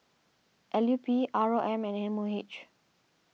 L U P R O M and M O H